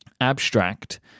abstract